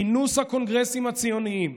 בכינוס הקונגרסים הציוניים,